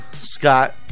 Scott